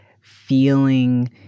feeling